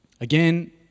Again